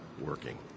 working